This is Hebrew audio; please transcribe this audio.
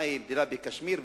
מה, היא מדינה בקשמיר?